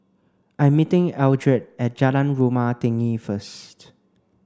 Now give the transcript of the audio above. I'm meeting Eldred at Jalan Rumah Tinggi first